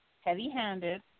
heavy-handed